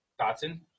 Dotson